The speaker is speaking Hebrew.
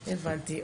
הבנתי,